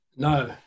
no